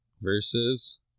versus